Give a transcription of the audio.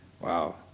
Wow